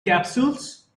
capsules